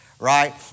Right